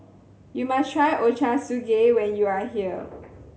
you must try Ochazuke when you are here